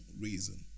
reason